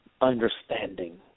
Understanding